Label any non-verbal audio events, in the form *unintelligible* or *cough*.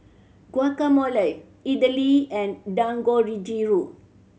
Guacamole Idili and *unintelligible*